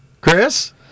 Chris